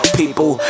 people